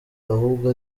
ahubwo